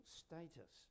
status